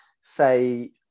say